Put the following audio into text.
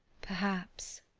perhaps.